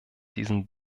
diesen